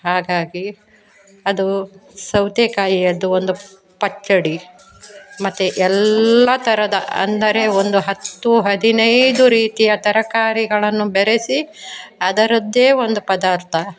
ಹಾಗಾಗಿ ಅದು ಸೌತೆಕಾಯಿಯದ್ದು ಒಂದು ಪಚ್ಚಡಿ ಮತ್ತು ಎಲ್ಲ ಥರದ ಅಂದರೆ ಒಂದು ಹತ್ತು ಹದಿನೈದು ರೀತಿಯ ತರಕಾರಿಗಳನ್ನು ಬೆರೆಸಿ ಅದರದ್ದೇ ಒಂದು ಪದಾರ್ಥ